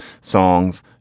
songs